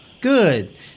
Good